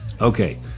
Okay